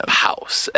house